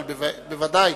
אבל בוודאי,